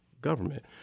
government